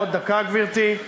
עוד דקה, גברתי.